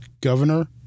Governor